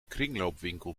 kringloopwinkel